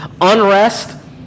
unrest